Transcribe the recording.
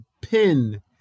pin